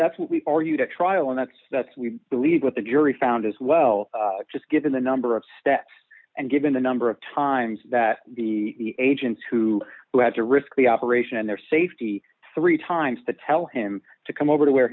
that's what we are you to trial and that's that's we believe what the jury found as well just given the number of steps and given the number of times that the agents who had to risk the operation and their safety three times to tell him to come over to where